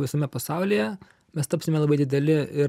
visame pasaulyje mes tapsime labai dideli ir